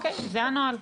אוקיי, זה הנוהל.